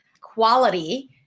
quality